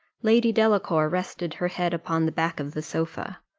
lady delacour rested her head upon the back of the sofa,